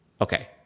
okay